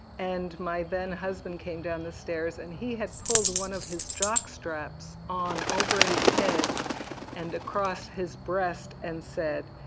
and my then husband came down the stairs and he had pulled one of his jockstraps on over his head and across his breast and said,